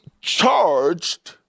charged